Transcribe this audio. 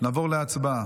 נעבור להצבעה.